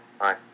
Hi